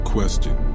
Question